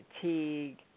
fatigue